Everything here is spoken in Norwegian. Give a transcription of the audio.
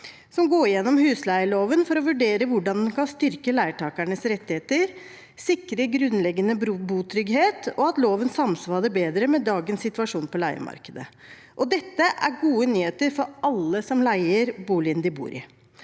skal gå gjennom husleieloven for å vurdere hvordan den kan styrke leietakeres rettigheter, sikre grunnleggende botrygghet og at loven samsvarer bedre med dagens situasjon på leiemarkedet. Det er gode nyheter for alle som leier boligen de bor i.